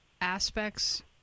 aspects